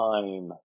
time